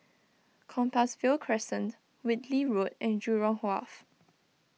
Compassvale Crescent Whitley Road and Jurong Wharf